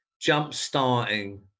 jump-starting